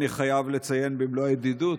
אני חייב לציין במלוא הידידות,